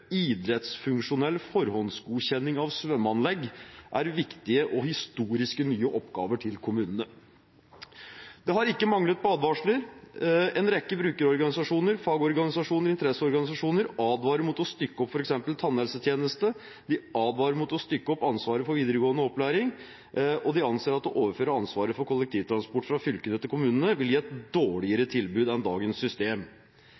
forhåndsgodkjenning av svømmeanlegg» er viktige og historisk nye oppgaver til kommunene. Det har ikke manglet på advarsler. En rekke brukerorganisasjoner, fagorganisasjoner og interesseorganisasjoner advarer mot å stykke opp f.eks. tannhelsetjenesten. De advarer mot å stykke opp ansvaret for videregående opplæring, og de anser at å overføre ansvaret for kollektivtransport fra fylkene til kommunene vil gi et dårligere tilbud enn dagens system.